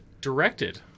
Directed